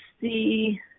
see